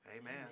Amen